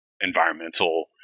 environmental